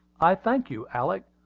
i thank you, alick.